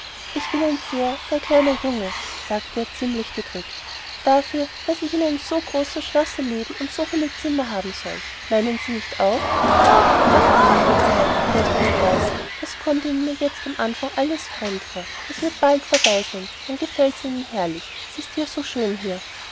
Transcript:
ich bin ein sehr sehr kleiner junge sagte er ziemlich gedrückt dafür daß ich in so einem großen schlosse leben und so viele zimmer haben soll meinen sie nicht auch ach du liebe zeit tröstete dawson das kommt ihnen nur jetzt im anfang alles fremd vor das wird bald vorbei sein dann gefällt's ihnen herrlich s ist ja so schön hier